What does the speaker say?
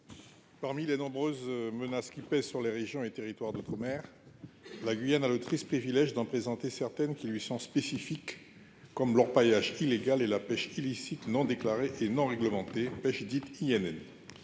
Parmi les nombreuses menaces qui pèsent sur les régions et territoires d'outre-mer, la Guyane a le triste privilège d'avoir à en affronter qui lui sont spécifiques, comme l'orpaillage illégal et la pêche illicite, non déclarée et non réglementée (INN).